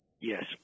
Yes